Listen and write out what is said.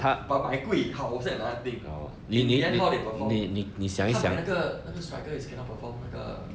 but 买贵好是 another thing in the end how they perform 他买那个那个 striker is cannot perform 那个